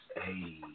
Hey